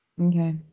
Okay